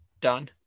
done